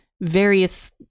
various